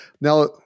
Now